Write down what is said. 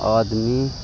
آدمی